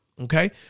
okay